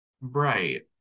Right